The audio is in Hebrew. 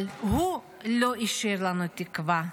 אבל הוא לא השאיר לנו תקווה,